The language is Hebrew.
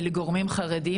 אלה גורמים חרדיים,